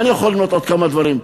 ואני יכול למנות עוד כמה דברים.